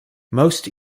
most